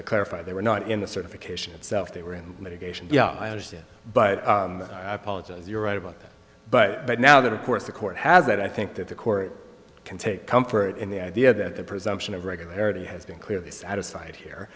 to clarify they were not in the certification itself they were in litigation yeah i understand but i apologize you're right about that but now that of course the court has that i think that the court can take comfort in the idea that the presumption of regularity has been clearly satisfied here